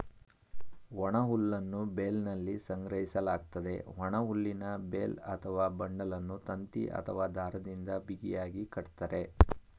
ಒಣಹುಲ್ಲನ್ನು ಬೇಲ್ನಲ್ಲಿ ಸಂಗ್ರಹಿಸಲಾಗ್ತದೆ, ಒಣಹುಲ್ಲಿನ ಬೇಲ್ ಅಥವಾ ಬಂಡಲನ್ನು ತಂತಿ ಅಥವಾ ದಾರದಿಂದ ಬಿಗಿಯಾಗಿ ಕಟ್ತರೆ